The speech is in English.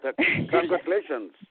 Congratulations